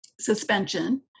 suspension